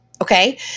okay